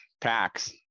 tax